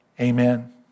Amen